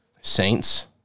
Saints